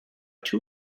two